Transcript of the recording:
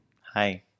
Hi